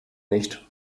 nicht